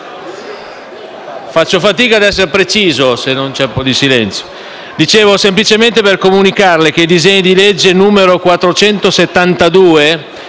Faccio fatica a essere preciso se non c'è un po' di silenzio.